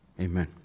Amen